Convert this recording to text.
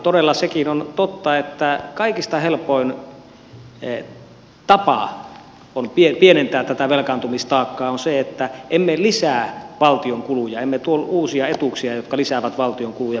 todella sekin on totta että kaikista helpoin tapa pienentää tätä velkaantumistaakkaa on se että emme lisää valtion kuluja emme tuo uusia etuuksia jotka lisäävät valtion kuluja pysyvästi